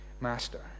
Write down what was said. master